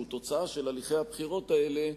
שהם תוצאה של הליכי הבחירות האלה,